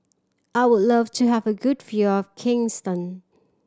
I would love to have a good view of Kingston